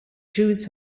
jewish